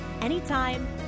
Anytime